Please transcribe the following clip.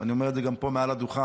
ואני אומר את זה גם פה מעל הדוכן: